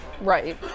right